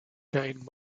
saint